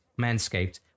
manscaped